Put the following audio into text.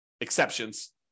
exceptions